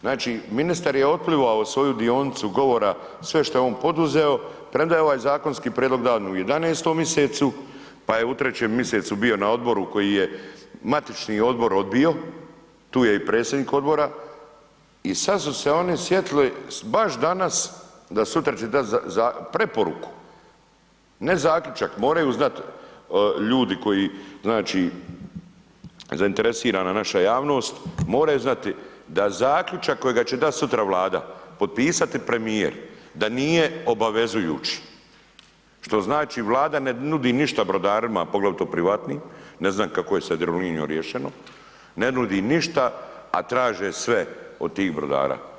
Znači, ministar je otplivao svoju dionicu govora sve šta je on poduzeo premda je ovaj zakonski prijedlog dan u 11. misecu, pa je u 3. misecu bio na odboru koji je matični odbor odbio, tu je i predsjednik odbora i sad su se oni sjetili baš danas da sutra će dat preporuku, ne zaključak, moraju znat ljudi koji, znači zainteresirana naša javnost, moraju znati da zaključak kojega će dat sutra Vlada, potpisati premijer, da nije obavezujući, što znači Vlada ne nudi ništa brodarima, poglavito privatnim, ne znam kako je sa Jadrolinijom riješeno, ne nudi ništa, a traže sve od svih brodara.